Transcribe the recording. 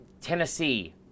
Tennessee